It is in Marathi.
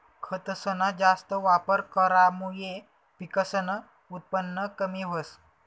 खतसना जास्त वापर करामुये पिकसनं उत्पन कमी व्हस